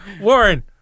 Warren